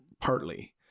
partly